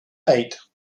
eight